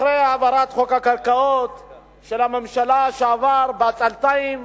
אחרי העברת חוק הקרקעות של הממשלה, שעבר בעצלתיים,